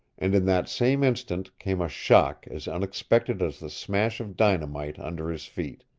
and in that same instant came a shock as unexpected as the smash of dynamite under his feet.